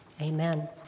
Amen